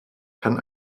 kann